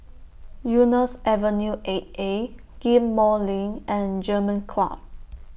Eunos Avenue eight A Ghim Moh LINK and German Club